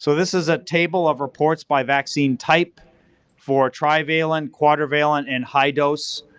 so this is a table of reports by vaccine type for trivalent, quadrivalent and high dose.